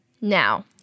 now